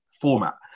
format